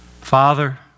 Father